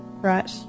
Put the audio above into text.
right